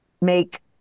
make